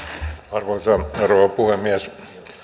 arvoisa rouva puhemies